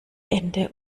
ende